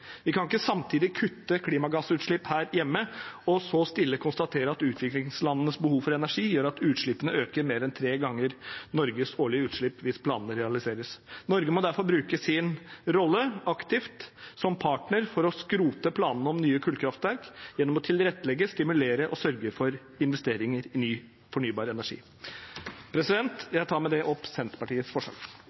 Vi kan ikke, samtidig som vi kutter klimagassutslippene her hjemme, stille konstatere at utviklingslandenes behov for energi gjør at utslippene øker mer enn tre ganger Norges årlige utslipp hvis planene realiseres. Norge må derfor bruke sin rolle aktivt som partner for å skrote planene om nye kullkraftverk gjennom å tilrettelegge, stimulere og sørge for investeringer i ny fornybar energi. Jeg tar med det opp